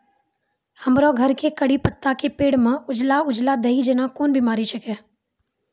हमरो घर के कढ़ी पत्ता के पेड़ म उजला उजला दही जेना कोन बिमारी छेकै?